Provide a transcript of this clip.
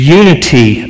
unity